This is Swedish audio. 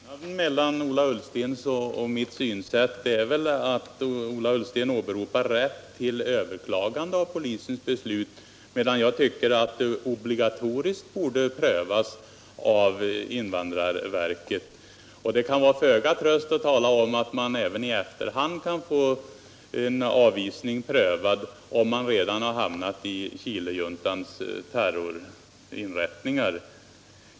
Herr talman! Skillnaden mellan Ola Ullstens och mitt synsätt är väl att Ola Ullsten åberopar rätten till överklagande av polisens beslut medan jag tycker att ärendet obligatoriskt borde prövas av invandrarverket. Det är föga tröst att tala om att man även i efterhand kan få en avvisning prövad när man redan hamnat i Chilejuntans terrorinrättningar.